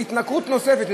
התנכרות נוספת.